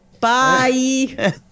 Bye